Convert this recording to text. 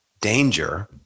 danger